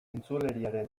entzuleriaren